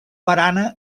barana